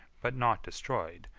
but not destroyed,